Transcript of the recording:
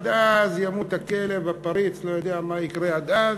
עד אז ימותו הכלב, הפריץ, לא יודע מה יקרה עד אז.